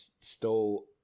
stole